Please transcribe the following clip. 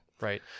right